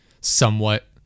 somewhat